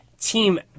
team